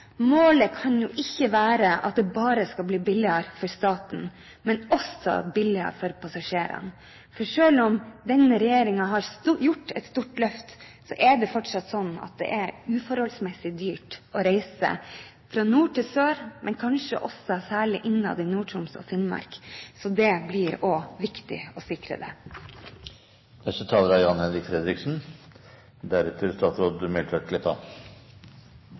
målet kan jo ikke være at det bare skal bli billigere for staten, men også billigere for passasjerene. For selv om denne regjeringen har gjort et stort løft, er det fortsatt slik at det er uforholdsmessig dyrt å reise fra nord til sør, og kanskje også særlig innad i Nord-Troms og Finnmark, så dette blir det viktig å